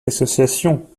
association